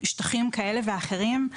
שטחים כאלה ואחרים,